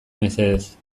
mesedez